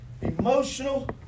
emotional